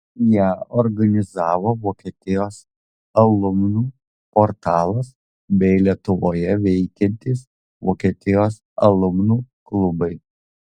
ją organizavo vokietijos alumnų portalas bei lietuvoje veikiantys vokietijos alumnų klubai